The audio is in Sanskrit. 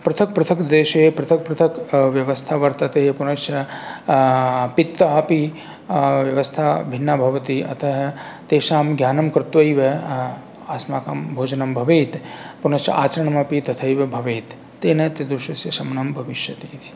पृथक् पृथक् देशे पृथक् पृथक् व्यवस्था वर्तते पुनश्च पित्तापि व्यवस्था भिन्ना भवति अतः तेषां ज्ञानं कृत्वैव अस्माकं भोजनं भवेत् पुनश्च आचरणमपि तथैव भवेत् तेन त्रिदोषस्य शमनं भविष्यति